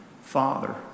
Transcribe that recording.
Father